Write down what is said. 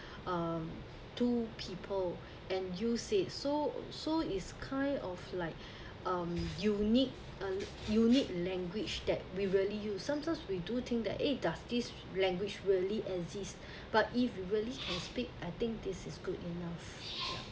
uh to people and use it so so is kind of like um unique a unique language that we rarely use sometimes we do think that eh does this language really exist but if you really can speak I think this is good enough ya